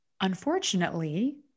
unfortunately